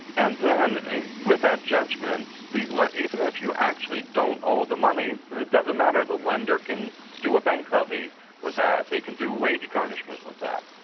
and then, and with that judgment, the even if you actually don't owe the money, it doesn't matter. the lender can do a bank levy with that. they can do wage garnishment with that.